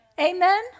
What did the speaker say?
Amen